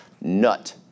Nut